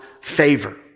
favor